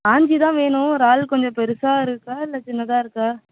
ஆஞ்சி தான் வேணும் றால் கொஞ்சம் பெருசாக இருக்கா இல்லை சின்னதாக இருக்கா